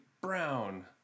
brown